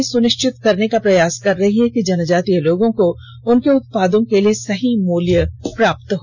सरकार यह सुनिश्चित करने का प्रयास कर रही है कि जनजातीय लोगों को उनके उत्पादों के लिए सही मूल्य प्राप्त हो